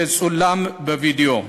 שצולמה בווידיאו.